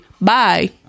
bye